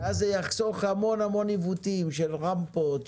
זה יחסוך המון עיוותים של רמפות,